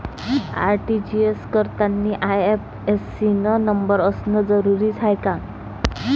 RTGS करतांनी IFSC न number असनं जरुरीच हाय का?